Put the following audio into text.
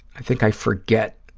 i think i forget